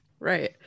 right